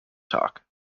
talk